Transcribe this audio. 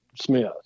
smith